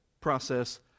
process